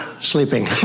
sleeping